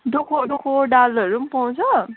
डोको डोको डालोहरू पनि पाउँछ